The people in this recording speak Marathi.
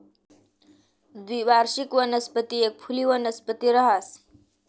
द्विवार्षिक वनस्पती एक फुली वनस्पती रहास